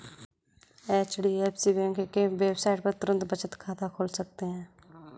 HDFC bank के website पर तुरंत बचत खाता खोल सकते है